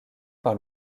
par